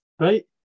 Right